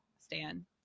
Stan